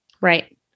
Right